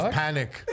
panic